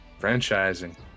Franchising